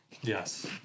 Yes